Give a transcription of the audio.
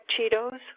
Cheetos